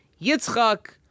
Yitzchak